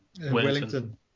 Wellington